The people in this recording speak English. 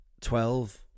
twelve